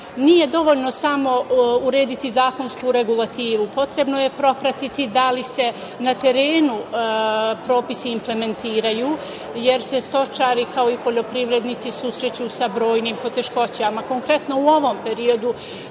dovoljno samo urediti zakonsku regulativu. Potrebno je propratiti da li se na terenu propisi implementiraju, jer se stočari, kao i poljoprivrednici susreću sa brojnim poteškoćama. Konkretno u ovom periodu